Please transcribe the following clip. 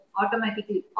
automatically